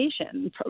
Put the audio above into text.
education